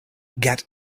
get